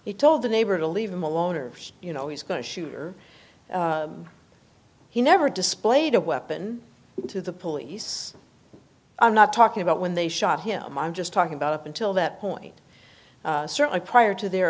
he told the neighbor to leave him alone or you know he's going to shoot or he never displayed a weapon to the police i'm not talking about when they shot him i'm just talking about up until that point certainly prior to their